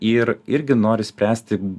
ir irgi nori spręsti